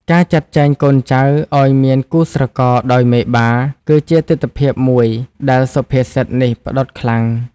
ការចាត់ចែងកូនចៅឱ្យមានគូស្រករដោយមេបា គឺជាទិដ្ឋភាពមួយដែលសុភាសិតនេះផ្តោតខ្លាំង។